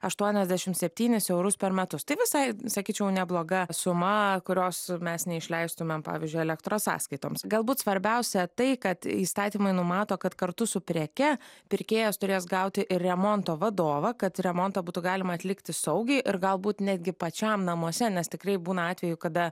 aštuoniasdešimt septynis eurus per metus tai visai sakyčiau nebloga suma kurios mes neišleistumėm pavyzdžiui elektros sąskaitoms galbūt svarbiausia tai kad įstatymai numato kad kartu su preke pirkėjas turės gauti ir remonto vadovą kad remontą būtų galima atlikti saugiai ir galbūt netgi pačiam namuose nes tikrai būna atvejų kada